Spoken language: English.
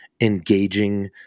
engaging